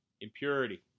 impurity